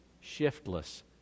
shiftless